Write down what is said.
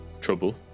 trouble